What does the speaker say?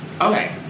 Okay